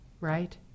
right